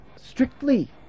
strictly